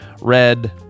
red